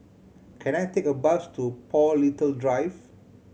can I take a bus to Paul Little Drive